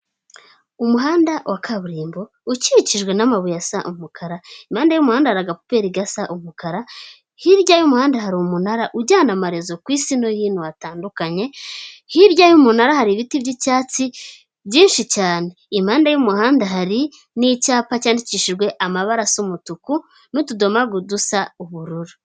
Umuhanda wa kaburimbo ukikijwe n'amabuye asa umukara, impande y'umuhanda hari akapuberi gasa umukara, hirya y'umuhanda hari umunara ujyana amarezo ku isi no hino hatandukanye, hirya y'umunara hari ibiti by'icyatsi byinshi cyane impande y'umuhanda hari n'icyapa cyandikishijwe amabara asa umutuku n'utudomagu dusa ubururu.